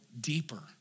deeper